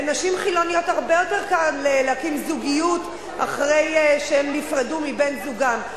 לנשים חילוניות הרבה יותר קל להקים זוגיות אחרי שהן נפרדו מבן-זוגן.